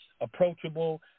approachable